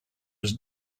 was